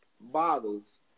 bottles